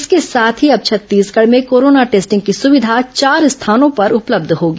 इसके साथ ही अब छत्तीसगढ़ में कोरोना टेस्टिंग की सुविधा चार स्थानों पर उपलब्ध होगी